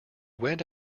went